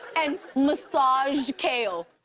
and massaged kale.